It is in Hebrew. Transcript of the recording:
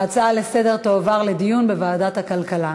ההצעה לסדר-היום תועבר לדיון בוועדת הכלכלה.